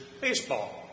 baseball